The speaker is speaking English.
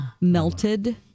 melted